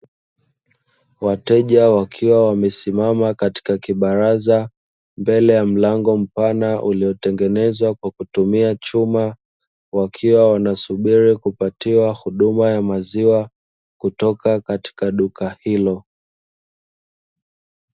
Wateja wakiwa wamesimama katika kibaraza mbele ya mlango mpana uliotengenezwa kwa kutumia chuma, wakiwa wanasubiri kupatiwa huduma ya maziwa kutoka katika duka hilo.